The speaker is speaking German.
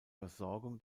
versorgung